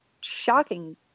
shocking